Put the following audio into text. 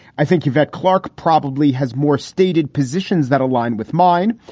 i think yvette clarke probably has more stated positions that align with mine.